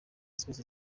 zose